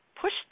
push